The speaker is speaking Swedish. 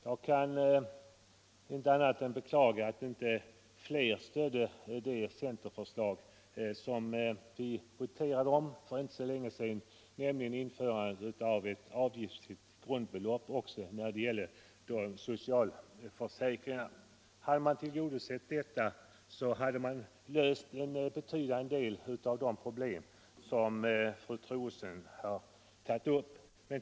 Jag kan inte annat än beklaga att inte fler röstade för den centerreservation som vi voterade om för inte så länge sedan och som innebar införandet av ett avgiftsfritt grundbelopp också i fråga om socialförsäkringsavgifterna. Om det kravet uppfyllts hade man också löst en betydande del av de problem som fru Troedsson tog upp.